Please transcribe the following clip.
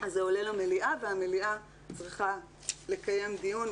אז זה עולה למליאה והמליאה צריכה לקיים דיון.